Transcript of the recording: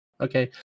Okay